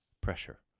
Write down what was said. pressure